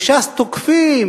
וש"ס תוקפים